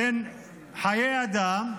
שהם חיי אדם,